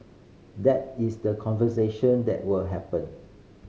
that is the conversation that will happen